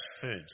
foods